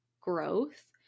growth